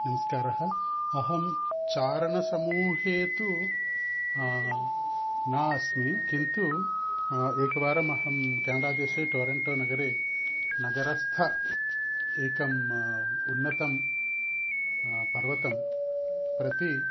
नमस्कारः अहं चारणसमूहे तु न अस्मि किन्तु एकवारम् अहम् क्यानडादेशे टोरन्टोनगरे नगरस्थं एकम् उन्नतं पर्वतं प्रति